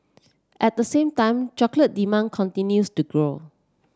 at the same time chocolate demand continues to grow